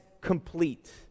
complete